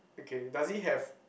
okay does he have